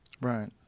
Right